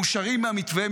מאושרים מהמתווה,